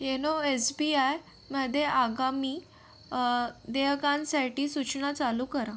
YONO S B आयमध्ये आगामी देयकांसाठी सूचना चालू करा